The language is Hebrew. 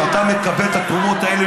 שאתה מקבל את התרומות האלה,